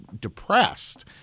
depressed